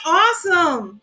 awesome